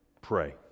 pray